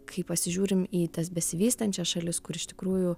kai pasižiūrim į tas besivystančias šalis kur iš tikrųjų